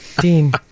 Dean